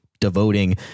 devoting